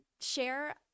share